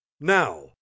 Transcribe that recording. Now